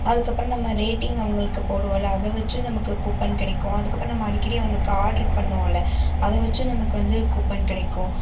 அதுக்கப்பறம் நம்ம ரேட்டிங் அவங்களுக்கு போடுவோல அதை வச்சும் நமக்கு கூப்பன் கிடைக்கும் அதுக்கப்பறம் நம்ம அடிக்கடி அவங்குளுக்கு ஆட்ரு பண்ணுவோல அதை வச்சும் நமக்கு வந்து கூப்பன் கிடைக்கும்